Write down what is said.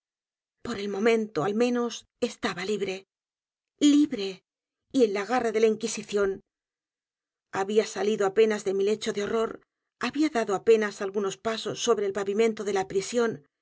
r el momento al menos estaba libre libre y en la g a r r a de la inquisición había el pozo y el péndulo salido apenas de mi lecho de horror había dado apenas algunos pasos sobre el pavimento de la prisión